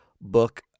book